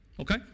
Okay